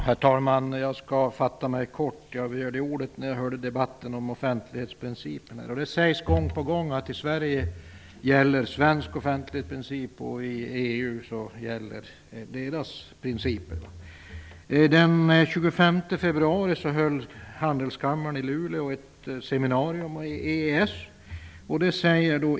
Herr talman! Jag skall fatta mig kort. Jag begärde ordet när jag hörde debatten om offentlighetsprincipen. Det sägs ju gång på gång att i Sverige gäller svensk offentlighetsprincip och i EU dess principer. Den 25 februari hade Handelskammaren i Luleå ett seminarium om EES.